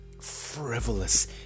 frivolous